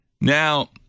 Now